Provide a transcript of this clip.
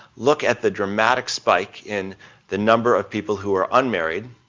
look at the dramatic spike in the number of people who are unmarried,